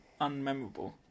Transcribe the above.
unmemorable